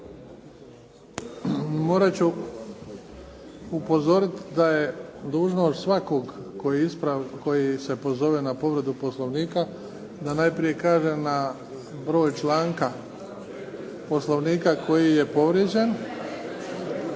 Morat ću upozoriti da je dužnost svakog koji se pozove na povredu Poslovnika, da najprije kaže na broj članka Poslovnika koji je povrijeđen.